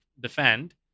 defend